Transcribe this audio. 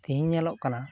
ᱛᱮᱦᱮᱧ ᱧᱮᱞᱚᱜ ᱠᱟᱱᱟ